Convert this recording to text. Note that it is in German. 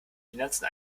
finanzen